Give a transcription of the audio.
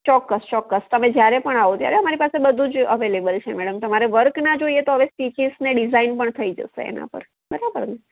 ચોક્કસ ચોક્કસ તમે જ્યારે પણ આવો ત્યારે મારી પાસે બધું જ અવેલેબલ છે મેડમ તમારે વર્ક ના જોઈએ તો હવે સ્ટીચીસ ને ડિઝાઇન પણ થઈ જશે એના પર બરાબર ને